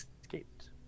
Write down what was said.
escaped